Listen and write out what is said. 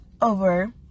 over